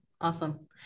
awesome